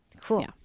cool